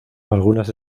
algunas